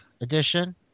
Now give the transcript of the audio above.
edition